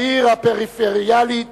בעיר הפריפריאלית